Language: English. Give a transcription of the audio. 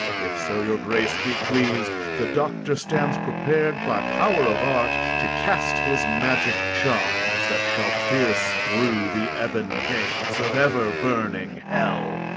if so your grace be pleas'd, the doctor stands prepar'd by power of art to cast his magic charms, that shall pierce through the ebon gates of ever-burning hell,